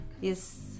Yes